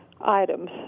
items